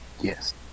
Yes